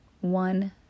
one